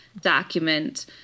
document